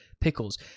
pickles